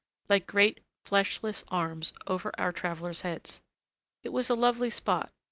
like great fleshless arms, over our travellers' heads it was a lovely spot,